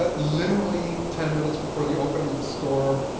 ah literally ten minutes before the opening of the store,